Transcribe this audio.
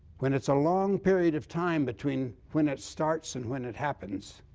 when it's a long period of time between when it starts and when it happens,